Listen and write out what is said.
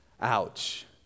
Ouch